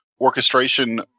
orchestration